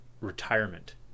retirement